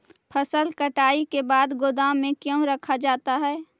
फसल कटाई के बाद गोदाम में क्यों रखा जाता है?